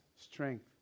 strength